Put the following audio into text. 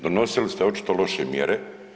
Donosili ste očito loše mjere.